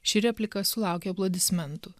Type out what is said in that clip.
ši replika sulaukė aplodismentų